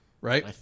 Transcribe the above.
right